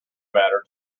matter